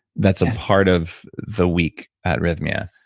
that's a part of the week at rythmia.